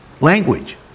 language